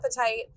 appetite